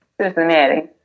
Cincinnati